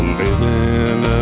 living